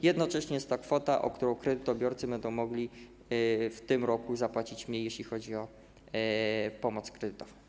Jednocześnie jest to kwota, o którą kredytobiorcy będą mogli w tym roku zapłacić mniej, jeśli chodzi o pomoc kredytową.